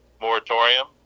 moratorium